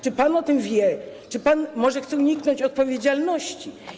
Czy pan o tym wie, czy pan może chce uniknąć odpowiedzialności?